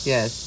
Yes